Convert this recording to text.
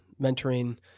mentoring